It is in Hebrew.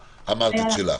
אמרת את שלך.